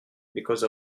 because